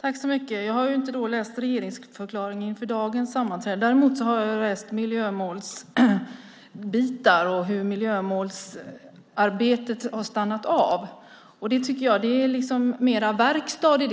Fru talman! Jag har inte läst regeringsförklaringen inför dagens sammanträde. Däremot har jag läst bitar om miljömålen och hur miljömålsarbetet har stannat av. Det tycker jag att det faktiskt är mer verkstad i.